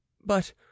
But